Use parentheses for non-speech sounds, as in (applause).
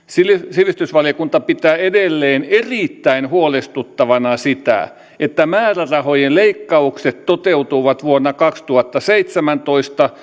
sivistysvaliokunta pitää edelleen erittäin huolestuttavana sitä että määrärahojen leikkaukset toteutuvat vuonna kaksituhattaseitsemäntoista (unintelligible)